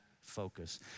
focus